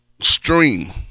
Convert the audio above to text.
Stream